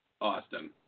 Austin